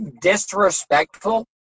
disrespectful